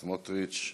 סמוטריץ,